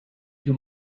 too